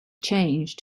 changed